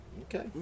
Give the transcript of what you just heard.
okay